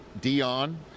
Dion